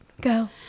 Go